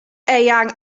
eang